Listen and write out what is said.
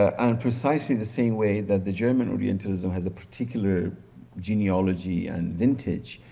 and precisely the same way that the german orientalism has a particular genealogy and vintage,